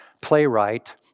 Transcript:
playwright